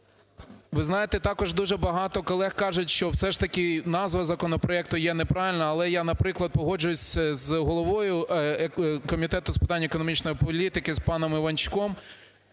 Ви знаєте, також дуже багато колег кажуть, що все ж таки назва законопроекту є неправильна. Але я, наприклад, погоджуюсь з головою Комітету з питань економічної політики з паном Іванчуком.